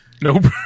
Nope